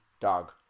Dog